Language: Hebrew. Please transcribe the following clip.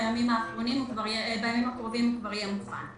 בימים הקרובים הוא כבר יהיה מוכן.